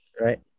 right